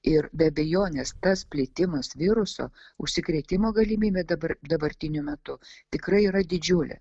ir be abejonės tas plitimas viruso užsikrėtimo galimybė dabar dabartiniu metu tikrai yra didžiulė